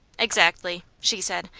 exactly! she said.